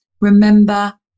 Remember